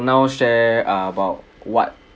now share about what